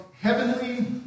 heavenly